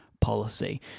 policy